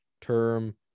term